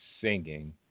singing